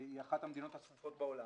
היא אחת המדינות הצפופות בעולם,